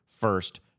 first